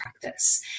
practice